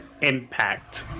impact